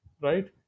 right